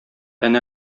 әнә